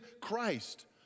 Christ